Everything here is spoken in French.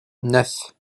neuf